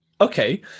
Okay